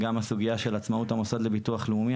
אלא גם הסוגיה של עצמאות המוסד לביטוח לאומי.